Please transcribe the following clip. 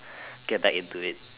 get back into it